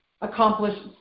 accomplished